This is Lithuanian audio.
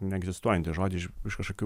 neegzistuojantį žodį iš iš kažkokių